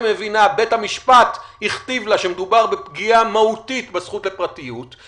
היא מבינה כי בית המשפט הכתיב לה שמדובר בפגיעה מהותית בזכות לפרטיות,